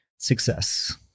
success